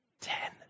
Ten